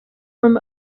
from